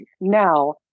now